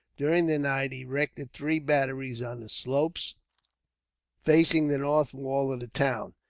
during the night, erected three batteries on the slopes facing the north wall of the town,